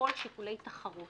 לשקול שיקולי תחרות.